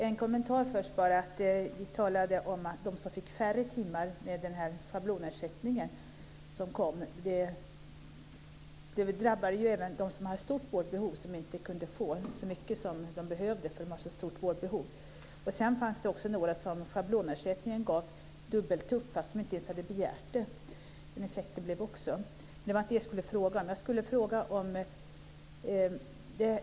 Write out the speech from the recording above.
Fru talman! Jag vill först göra en kommentar. Vi talade om dem som fick färre timmar med den schablonersättning som infördes. Det drabbade även dem som har stort vårdbehov. De kunde inte få så många timmar som de behövde, eftersom de har så stort vårdbehov. Sedan fanns det också några som schablonersättningen gav dubbelt upp fastän de inte ens hade begärt det. Det blev också den effekten. Men det var inte vad jag ville fråga om.